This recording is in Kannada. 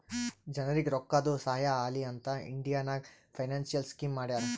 ಜನರಿಗ್ ರೋಕ್ಕಾದು ಸಹಾಯ ಆಲಿ ಅಂತ್ ಇಂಡಿಯಾ ನಾಗ್ ಫೈನಾನ್ಸಿಯಲ್ ಸ್ಕೀಮ್ ಮಾಡ್ಯಾರ